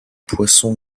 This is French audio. poissons